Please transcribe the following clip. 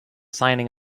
signing